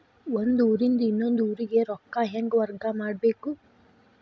ಒಂದ್ ಊರಿಂದ ಇನ್ನೊಂದ ಊರಿಗೆ ರೊಕ್ಕಾ ಹೆಂಗ್ ವರ್ಗಾ ಮಾಡ್ಬೇಕು?